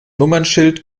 nummernschild